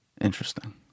Interesting